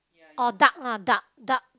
oh duck lah duck duck